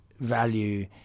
value